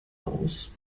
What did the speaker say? aus